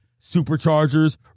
Superchargers